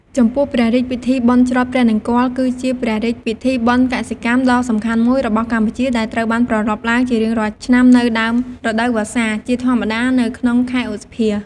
ចំពោះព្រះរាជពិធីបុណ្យច្រត់ព្រះនង្គ័ល គឺជាព្រះរាជពិធីបុណ្យកសិកម្មដ៏សំខាន់មួយរបស់កម្ពុជា ដែលត្រូវបានប្រារព្ធឡើងជារៀងរាល់ឆ្នាំនៅ ដើមរដូវវស្សា ជាធម្មតានៅក្នុងខែឧសភា។